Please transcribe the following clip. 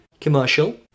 commercial